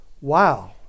wow